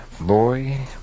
boy